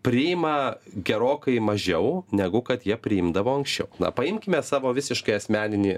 priima gerokai mažiau negu kad jie priimdavo anksčiau na paimkime savo visiškai asmeninį